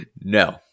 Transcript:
No